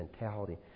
mentality